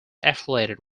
affiliated